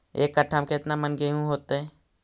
एक कट्ठा में केतना मन गेहूं होतै?